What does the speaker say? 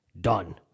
Done